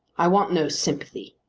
i want no sympathy,